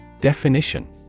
Definition